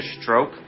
stroke